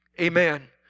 Amen